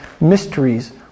mysteries